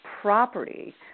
property